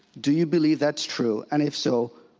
do you believe that's true? and, if so,